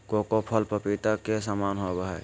cocoa फल पपीता के समान होबय हइ